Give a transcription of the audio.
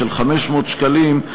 של 500 שקלים,